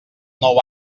nou